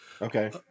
Okay